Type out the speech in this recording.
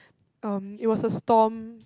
um it was a storm